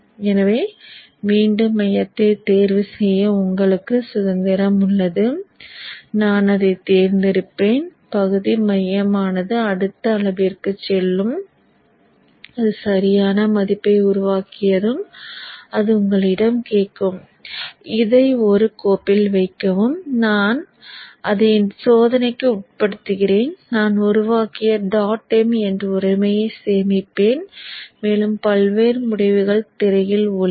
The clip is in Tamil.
எனவே மீண்டும் மையத்தைத் தேர்வுசெய்ய உங்களுக்கு சுதந்திரம் உள்ளது நான் அதைத் தேர்ந்தெடுப்பேன் பகுதி மையமானது அடுத்த அளவிற்குச் செல்லும் அது சரியான மதிப்பை உருவாக்கியதும் அது உங்களிடம் கேட்கும் அதை சோதனைக்கு உட் படுத்துகிறேன் நான் உருவாக்கிய டாட் m என்ற உரையைச் சேமிப்பேன் மேலும் பல்வேறு முடிவுகள் திரையில் ஒளிரும்